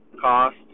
cost